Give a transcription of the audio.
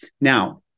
Now